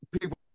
people